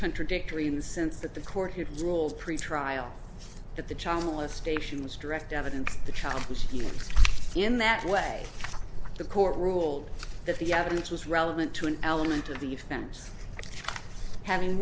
contradictory in the sense that the court here rules pretrial that the child molestation was direct evidence the child was in that way the court ruled that the evidence was relevant to an element of the fence having